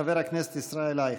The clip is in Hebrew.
חבר הכנסת ישראל אייכלר.